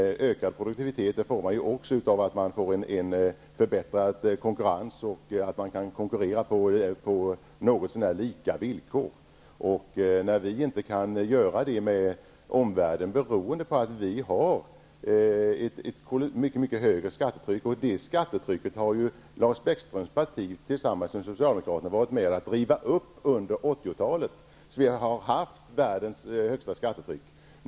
Ökad produktivitet får man också genom förbättrad konkurrens och genom att det blir möjligt att konkurrera på något så när lika villkor. Vi har inte kunnat konkurrera med omvärlden på lika villkor på grund av att vi har ett mycket mycket högre skattetryck, och detta skattetryck har ju Lars Socialdemokraterna varit med om att driva upp under 80-talet. Vi har på så sätt haft världens högsta skattetryck.